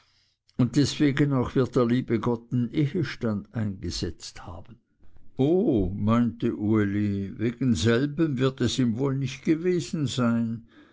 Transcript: und deswegen auch wird der liebe gott den ehestand eingesetzt haben oh meinte uli wegen selbem wird es ihm wohl nicht gewesen sein